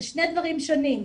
אלה שני דברים שונים.